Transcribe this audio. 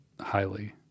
highly